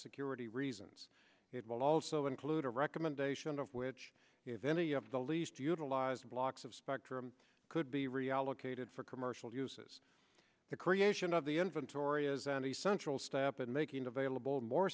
security reasons it will also include a recommendation of which if any of the least utilized blocks of spectrum could be reallocated for commercial uses the creation of the inventory as an essential step in making available more